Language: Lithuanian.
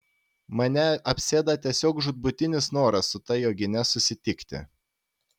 mane apsėda tiesiog žūtbūtinis noras su ta jogine susitikti